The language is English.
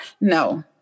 No